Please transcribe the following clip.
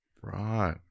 Right